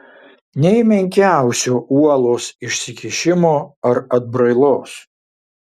nė menkiausio uolos išsikišimo ar atbrailos